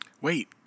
Wait